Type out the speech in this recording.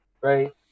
right